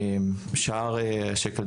שער השקל,